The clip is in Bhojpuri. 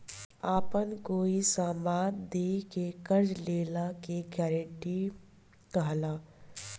आपन कोई समान दे के कर्जा लेला के गारंटी कहला